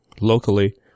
locally